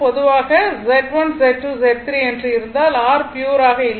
பொதுவாக Z1 Z2 Z3 என்று இருந்தால் R ப்யுர் ஆக இல்லை